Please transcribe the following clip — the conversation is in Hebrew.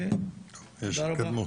תודה רבה.